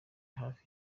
hafi